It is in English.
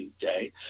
Day